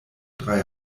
drei